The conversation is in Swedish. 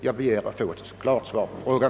Jag ber att få ett klart svar på frågan.